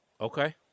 Okay